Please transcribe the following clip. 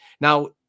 Now